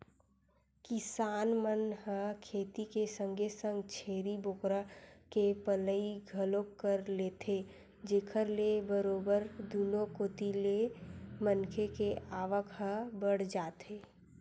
किसान मन ह खेती के संगे संग छेरी बोकरा के पलई घलोक कर लेथे जेखर ले बरोबर दुनो कोती ले मनखे के आवक ह बड़ जाथे